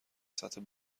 سطح